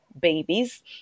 babies